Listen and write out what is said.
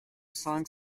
cinq